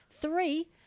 Three